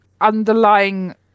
underlying